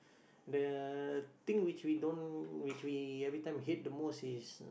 the thing which we don't which we everytime hate the most is